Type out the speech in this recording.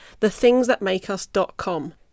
thethingsthatmakeus.com